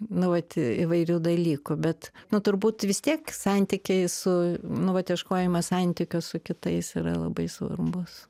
nu vat įvairių dalykų bet nu turbūt vis tiek santykiai su nu vat ieškojimas santykio su kitais yra labai svarbus